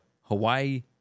Hawaii